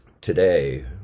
today